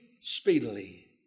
speedily